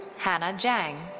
hannah jang.